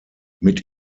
mit